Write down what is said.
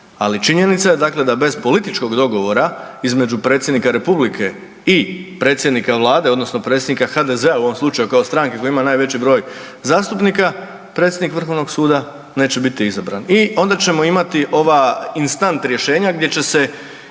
Ali činjenica je dakle da bez političkog dogovora između Predsjednika Republike i predsjednika Vlade, odnosno predsjednika HDZ-a u ovom slučaju kao stranke koja ima najveći broj zastupnika predsjednik Vrhovnog suda neće biti izabran. I onda ćemo imati ova instant rješenja gdje će se